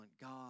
God